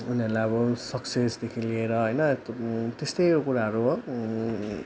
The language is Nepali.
उनीहरूलाई अब सक्सेसदेखि लिएर होइन त्यस्तै कुराहरू हो